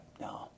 No